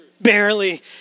barely